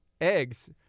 eggs